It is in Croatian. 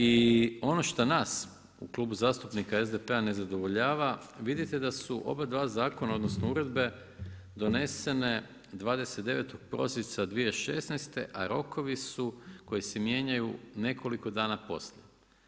I ono što nas u Klubu zastupnika SDP-a ne zadovoljava, vidite da su oba dva zakona, odnosno uredbe donesene 29. prosinca 2016. a rokovi su koji se mijenjaju nekoliko danas poslije.